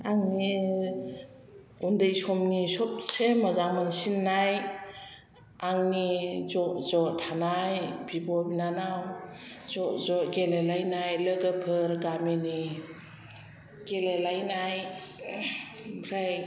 आंनि उन्दै समनि सबसे मोजां मोनसिननाय आंनि ज' ज' थानाय बिब' बिनानाव ज' ज' गेलेलायनाय लोगोफोर गामिनि गेलेलायनाय ओमफ्राय